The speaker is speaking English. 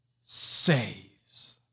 saves